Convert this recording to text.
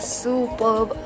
superb